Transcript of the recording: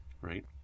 right